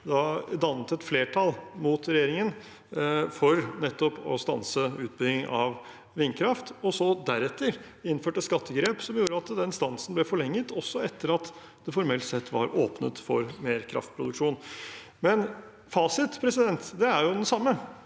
dannet et flertall mot regjeringen for nettopp å stanse utbygging av vindkraft og deretter innførte skattegrep som gjorde at den stansen ble forlenget også etter at det formelt sett var åpnet for mer kraftproduksjon. Fasiten er jo den samme.